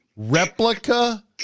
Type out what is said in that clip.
Replica